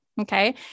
Okay